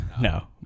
No